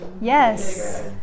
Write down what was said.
yes